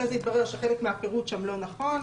אחר כך התברר שחלק מהפירוט שם לא נכון.